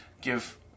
give